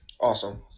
Awesome